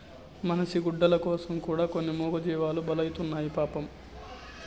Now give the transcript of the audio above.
మనిషి గుడ్డల కోసం కూడా కొన్ని మూగజీవాలు బలైతున్నాయి పాపం